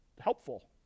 helpful